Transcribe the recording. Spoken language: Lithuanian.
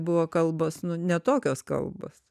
buvo kalbos nu ne tokios kalbos